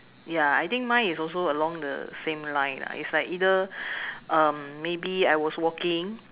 ya I think mine is also along the same line lah it's like either um maybe I was walking